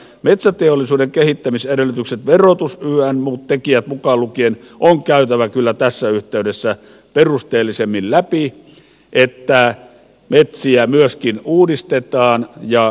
metsäteollisuuden kehittämisedellytykset verotus ynnä muut tekijät mukaan lukien on käytävä kyllä tässä yhteydessä perusteellisemmin läpi että metsiä myöskin uudistetaan ja hoidetaan